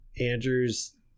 Andrew's